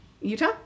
Utah